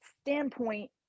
standpoint